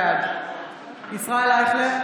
בעד ישראל אייכלר,